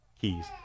keys